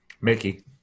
Mickey